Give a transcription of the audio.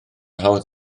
hawdd